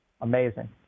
amazing